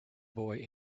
boy